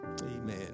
amen